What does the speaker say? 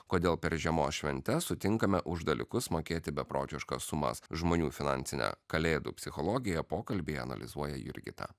kodėl per žiemos šventes sutinkame už dalykus mokėti beprotiškas sumas žmonių finansinę kalėdų psichologiją pokalbyje analizuoja jurgita